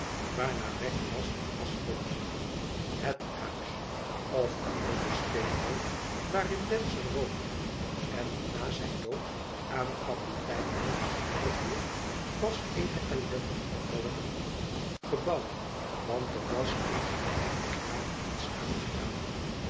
waarna wegg las als volgt thet huis of liever de steenhoop waarin dancer woonde en die n zijn dood aan kapitein holmes verviel was een ellendig vervallen gebouw want er was in geen vijftig jaren iets aan